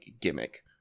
gimmick